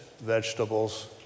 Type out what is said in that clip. vegetables